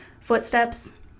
footsteps